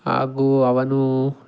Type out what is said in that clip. ಹಾಗೂ ಅವನು